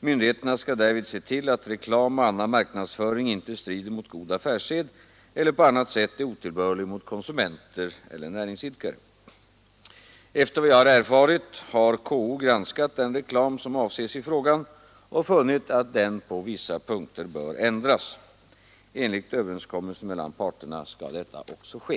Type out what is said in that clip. Myndigheterna skall därvid se till att reklam och annan marknadsföring inte strider mot god affärssed eller på annat sätt är otillbörlig mot konsumenter eller näringsidkare. Efter vad jag har erfarit har KO granskat den reklam som avses i frågan och funnit att denna på vissa punkter bör ändras. Enligt överenskommelse mellan parterna skall detta också ske.